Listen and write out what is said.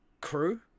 crew